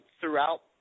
throughout